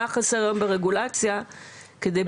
מה